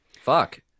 fuck